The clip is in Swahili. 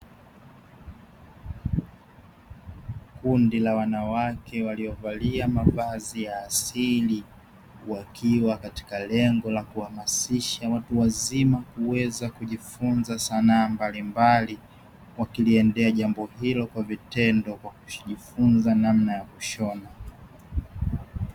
Kundi la wanawake waliovalia mavazi ya asili, wakiwa katika lengo la kuhamasisha watu wazima kuweza kujifunzia sanaa mbalimbali, wakiliendea jambo hilo kwa vitendo wakijifunza namna ya kushona.